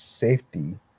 Safety